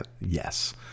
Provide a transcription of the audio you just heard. yes